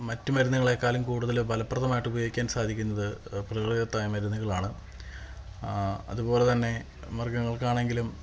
മറ്റുമരുന്നുകളെക്കാലും കൂടുതല് ഫലപ്രദമായിട്ട് ഉപയോഗിക്കാൻ സാധിക്കുന്നത് പ്രകൃതിദത്തായ മരുന്നുകളാണ് അതുപോലെതന്നെ മൃഗങ്ങൾക്കാണെങ്കിലും